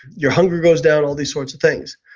your hunger goes down, all these sorts of things.